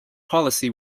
policy